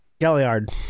Galliard